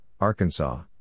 Arkansas